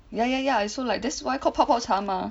ya ya ya I also like that's why called 泡泡茶吗